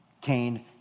Cain